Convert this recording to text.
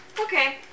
Okay